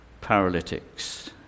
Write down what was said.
Paralytics